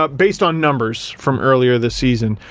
but based on numbers from earlier this season,